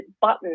button